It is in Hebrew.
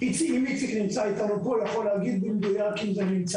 נאמן קורונה זה דבר נכון